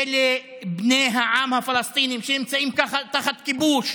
אלה בני העם הפלסטינים שנמצאים תחת הכיבוש